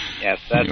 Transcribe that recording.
Yes